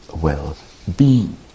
well-being